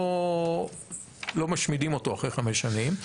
לא משמידים אותו אחרי חמש שנים.